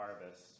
harvest